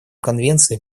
конвенции